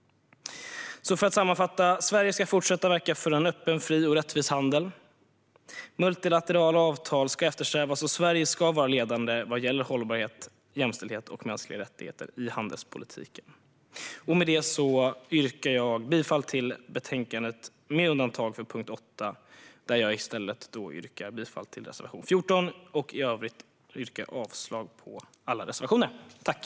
För att sammanfatta: Sverige ska fortsätta verka för en öppen, fri och rättvis handel. Multilaterala avtal ska eftersträvas, och Sverige ska vara ledande vad gäller hållbarhet, jämställdhet och mänskliga rättigheter i handelspolitiken. Med det yrkar jag bifall till utskottets förslag i betänkandet med undantag för punkt 8 där jag i stället yrkar bifall till reservation 14, och i övrigt yrkar jag avslag på alla andra reservationer.